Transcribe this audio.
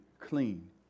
clean